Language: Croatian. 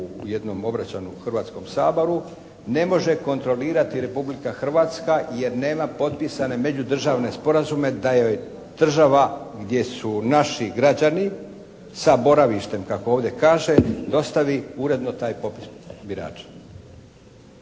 u jednom obraćanju Hrvatskom saboru, ne može kontrolirati Republika Hrvatska jer nema potpisane međudržavne sporazume da joj država gdje su naši građani sa boravištem kako ovdje kaže, dostavili uredno taj popis birača.